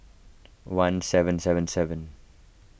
one seven seven seven